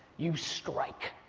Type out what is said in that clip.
you strike.